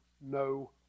no